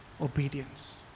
obedience